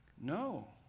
No